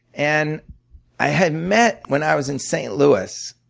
and i had met, when i was in st. louis,